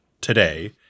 today